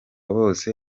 bose